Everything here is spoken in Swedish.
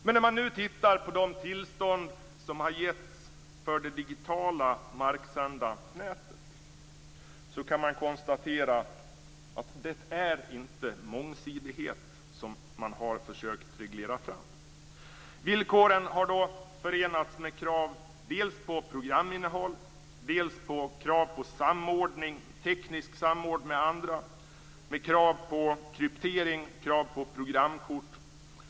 Men när man nu tittar på de tillstånd som har getts för det digitala marksända nätet kan man konstatera att det inte är mångsidighet som man har reglerat fram. Villkoren har förenats med krav dels på programinnehåll, dels på teknisk samordning med andra, kryptering och programkort.